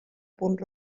punt